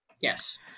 Yes